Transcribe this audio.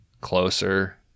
Closer